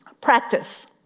Practice